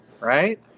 right